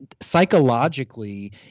psychologically